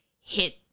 hit